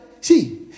see